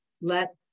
let